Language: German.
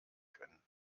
können